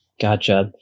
Gotcha